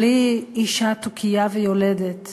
בלי אישה תוכייה ויולדת /